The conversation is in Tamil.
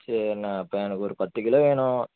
சரிண அப்போ எனக்கு ஒரு பத்து கிலோ வேணும்